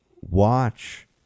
watch